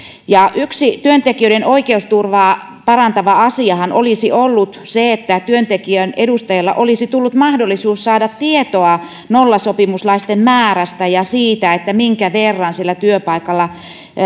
yksi työntekijöiden oikeusturvaa parantava asiahan olisi ollut se että työntekijöiden edustajalle olisi tullut mahdollisuus saada tietoa nollasopimuslaisten määrästä ja siitä minkä verran työpaikalla